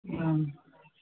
ꯎꯝ